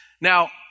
Now